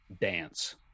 dance